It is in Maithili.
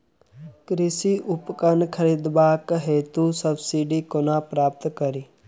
कृषि उपकरण खरीदबाक हेतु सब्सिडी कोना प्राप्त कड़ी?